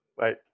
right